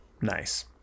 Nice